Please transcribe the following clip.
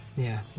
yeah,